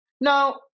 Now